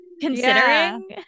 Considering